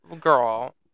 girl